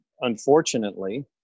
unfortunately